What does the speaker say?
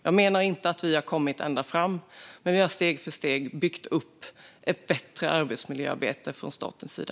Jag menar inte att vi har kommit ända fram, men vi har steg för steg byggt upp ett bättre arbetsmiljöarbete från statens sida.